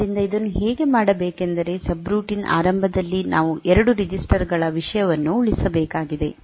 ಆದ್ದರಿಂದ ಇದನ್ನು ಹೇಗೆ ಮಾಡಬೇಕೆಂದರೆ ಸಬ್ರೂಟೀನ್ ಆರಂಭದಲ್ಲಿ ನಾವು ಆ 2 ರೆಜಿಸ್ಟರ್ ಗಳ ವಿಷಯಗಳನ್ನು ಉಳಿಸಬೇಕಾಗಿದೆ